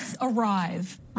arrive